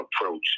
approach